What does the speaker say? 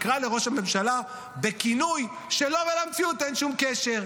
שתקרא לראש הממשלה בכינוי שלו ולמציאות אין שום קשר.